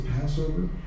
Passover